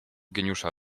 geniusza